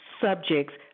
subjects